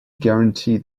guarantee